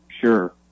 sure